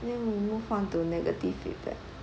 then we move on to negative feedback